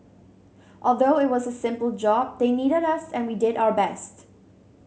although it was a simple job they needed us and we did our best